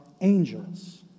angels